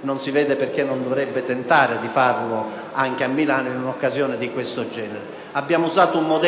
non si vede perché non dovrebbe tentare di farlo anche a Milano in un'occasione di questo genere. Abbiamo utilizzato lo